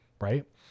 right